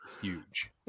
huge